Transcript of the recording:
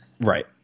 Right